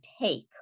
take